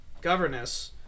governess